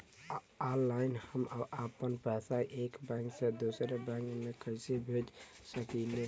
Online हम आपन पैसा एक बैंक से दूसरे बैंक में कईसे भेज सकीला?